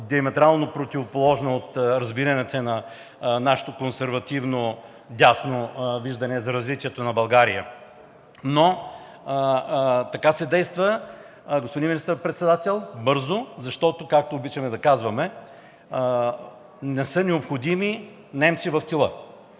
диаметрално противоположна от разбиранията на нашето консервативно дясно виждане за развитието на България, но така се действа, господин Министър-председател, бързо, защото, както обичаме да казваме, не са необходими немци в тила.